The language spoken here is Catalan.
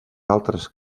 altres